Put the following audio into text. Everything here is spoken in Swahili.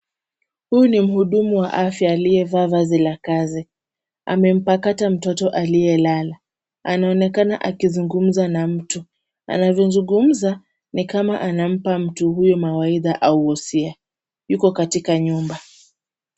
Huyu ni mhudumu wa afya aliyevaa vazi la kazi. Amempakata mtoto aliyelala. Anaonekana akizungumza na mtu. Anavyozungumza, ni kama anampa mtu huyu mawaidha au wosia. Yuko katika nyumba.